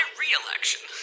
re-election